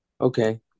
Okay